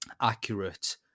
accurate